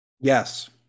Yes